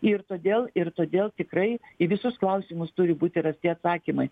ir todėl ir todėl tikrai į visus klausimus turi būti rasti atsakymai